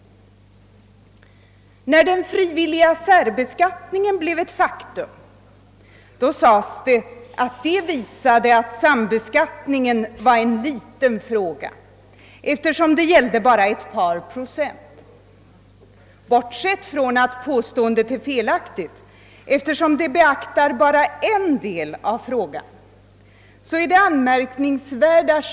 När den frivilliga särbeskattningen blev ett faktum sades det att man fick belägg för att sambeskattningen var en liten fråga, eftersom det gällde endast ett par procent av skattebetalarna. Bortsett från att påståendet är felaktigt — de som gör påståendet beaktar bara en del av frågan — är själva synsättet anmärkningsvärt.